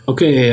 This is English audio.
Okay